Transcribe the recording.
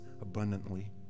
abundantly